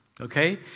okay